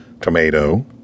tomato